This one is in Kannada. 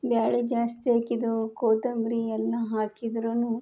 ಬೇಳೆ ಜಾಸ್ತಿ ಹಾಕಿದು ಕೊತ್ತಂಬ್ರಿ ಎಲ್ಲ ಹಾಕಿದ್ರೂನೂ